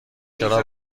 چرا